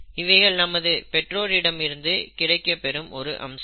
இவைகள் நமது பெற்றோரிடமிருந்து கிடைக்கப்பெறும் ஒரு அம்சம்